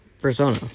persona